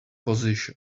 position